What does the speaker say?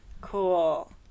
Cool